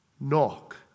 knock